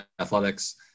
athletics